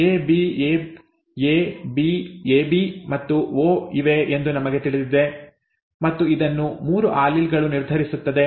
A B AB ಮತ್ತು O ಇವೆ ಎಂದು ನಮಗೆ ತಿಳಿದಿದೆ ಮತ್ತು ಇದನ್ನು 3 ಆಲೀಲ್ ಗಳು ನಿರ್ಧರಿಸುತ್ತದೆ